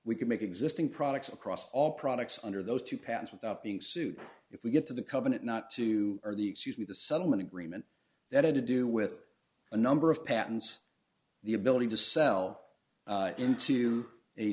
could make existing products across all products under those two patents without being sued if we get to the covenant not to the excuse me the settlement agreement that had to do with a number of patents the ability to sell into a